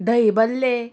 दही बल्ले